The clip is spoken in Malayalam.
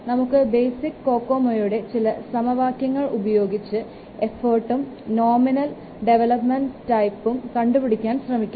നമുക്ക് ബേസിക് 'കോക്കോമ'യുടെ ചില സമവാക്യങ്ങൾ ഉപയോഗിച്ച് എഫോർട്ടും നോമിനൽ ഡെവലപ്മെൻറ് ടൈപ്പും കണ്ടുപിടിക്കാൻ ശ്രമിക്കാം